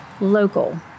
local